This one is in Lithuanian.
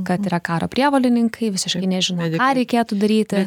kad yra karo prievolininkai visiškai nežino ką reikėtų daryti